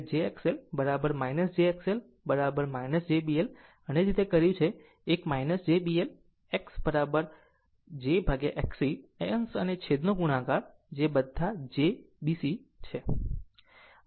આમ G1L માટે અહીં મેં તે 1jXL jXL jB L અને તે જ રીતે કર્યું છે 1 jB L XjXC અંશ અને છેદ ગુણાકાર જે તે બધા jB C છે